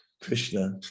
Krishna